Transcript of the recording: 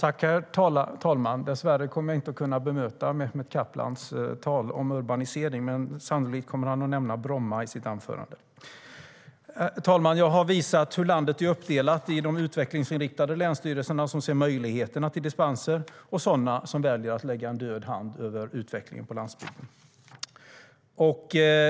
Herr talman! Dessvärre kommer jag inte att kunna bemöta Mehmet Kaplans tal om urbanisering, men sannolikt kommer han att nämna Bromma i sitt anförande. Herr talman! Jag har visat hur landet är uppdelat i utvecklingsinriktade länsstyrelser som ser möjligheterna till dispenser och sådana som väljer att lägga en död hand över utvecklingen på landsbygden.